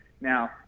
Now